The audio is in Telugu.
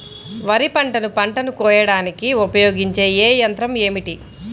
వరిపంటను పంటను కోయడానికి ఉపయోగించే ఏ యంత్రం ఏమిటి?